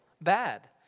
bad